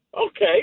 Okay